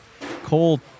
Cole